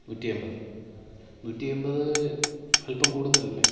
നൂറ്റിയെമ്പത് നൂറ്റിയെമ്പത് അൽപ്പം കൂടുതലല്ലേ